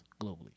globally